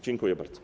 Dziękuję bardzo.